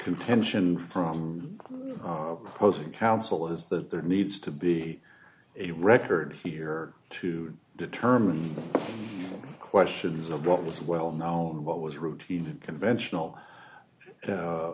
contention from posen counsel is that there needs to be a record here to determine questions of what was well known what was routine conventional